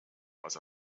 was